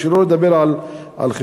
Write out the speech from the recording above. שלא לדבר על חברתיים.